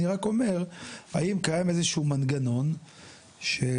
אני רק אומר האם קיים איזשהו מנגנון שבעטיו